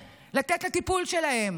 אין כסף לתת לטיפול שלהם,